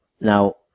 Now